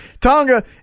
Tonga